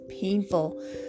painful